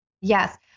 Yes